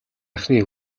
анхны